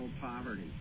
poverty